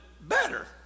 better